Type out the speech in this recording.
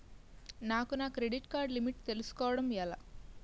నాకు నా credit card limit తెలుసుకోవడం ఎలా?